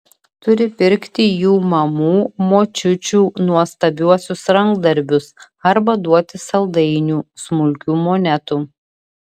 turi pirkti jų mamų močiučių nuostabiuosius rankdarbius arba duoti saldainių smulkių monetų